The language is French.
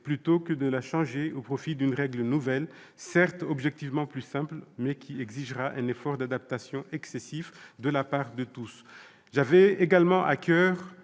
plutôt que de la changer au profit d'une règle nouvelle certes objectivement plus simple mais qui exigera un effort d'adaptation excessif de la part de tous. J'avais également à coeur